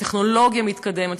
הטכנולוגיה מתקדמת.